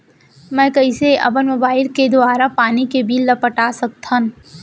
मैं कइसे अपन मोबाइल के दुवारा पानी के बिल ल पटा सकथव?